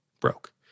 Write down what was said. broke